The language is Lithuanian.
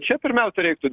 čia pirmiausia reiktų